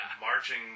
marching